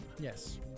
Yes